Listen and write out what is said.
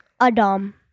Adam